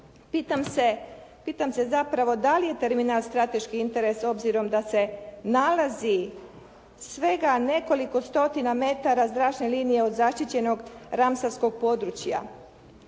pitam se zapravo da li je termin strateški interes obzirom da se nalazi svega nekoliko stotina metara zračne linije od zaštićenog … /Govornica